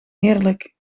heerlijk